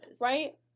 Right